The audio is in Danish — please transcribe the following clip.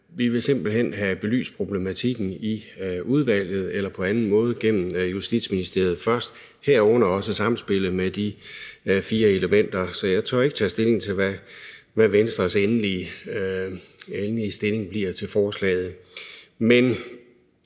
vi vil simpelt hen have belyst problematikken i udvalget eller på anden måde gennem Justitsministeriet først, herunder også samspillet med de fire elementer. Så jeg tør ikke tage stilling til, hvad Venstres endelige stilling bliver til forslaget,